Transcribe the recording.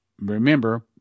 Remember